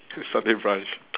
to sunday brunch